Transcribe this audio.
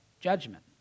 judgment